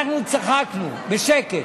אנחנו צחקנו בשקט.